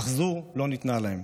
אך זו לא ניתנה להם